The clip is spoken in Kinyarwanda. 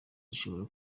zishobora